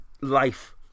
Life